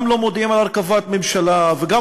גם לא מודיעים על הרכבת ממשלה וגם